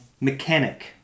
Mechanic